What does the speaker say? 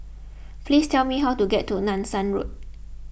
please tell me how to get to Nanson Road